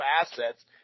assets